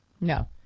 No